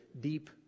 deep